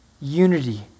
unity